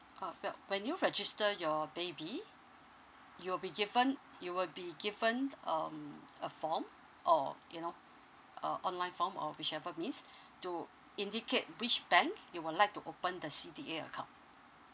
uh well when you register your baby you will be given you will be given um a form or you know a online form or whichever means to indicate which bank you would like to open the C_D_A account